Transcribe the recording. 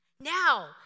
Now